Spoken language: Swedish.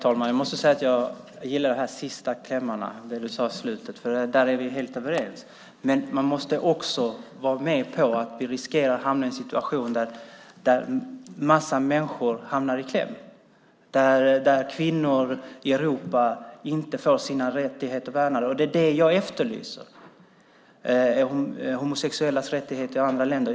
Herr talman! Jag gillar de sista klämmarna, det du sade i slutet. Där är vi helt överens. Men man måste vara medveten om att vi riskerar att hamna i en situation där en massa människor kommer i kläm, där kvinnor i Europa inte får sina rättigheter värnade - och det är det jag efterlyser, liksom homosexuellas rättigheter.